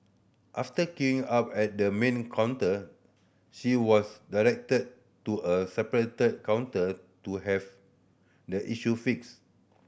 after queuing up at the main counter she was directed to a separated counter to have the issue fixed